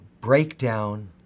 breakdown